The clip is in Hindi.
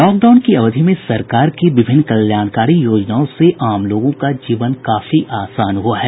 लॉकडाउन की अवधि में सरकार की विभिन्न कल्याणकारी योजनाओं से आम लोगों का जीवन काफी आसान हुआ है